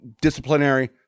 disciplinary